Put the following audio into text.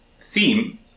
theme